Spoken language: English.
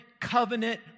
covenant